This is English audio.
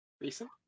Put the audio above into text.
Recent